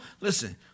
listen